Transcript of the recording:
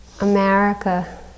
america